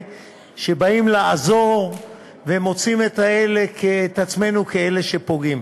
שבאים לעזור ומוצאים את עצמנו כאלה שפוגעים.